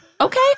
Okay